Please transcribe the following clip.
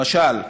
למשל,